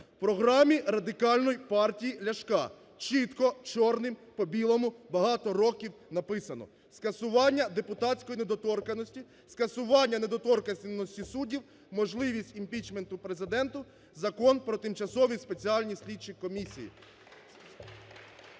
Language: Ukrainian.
У програмі Радикальної партії Ляшка чітко чорним по білому багато років написано "скасування депутатської недоторканності, скасування недоторканності суддів, можливість імпічменту Президенту, Закон про Тимчасові слідчі комісії".